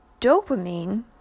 dopamine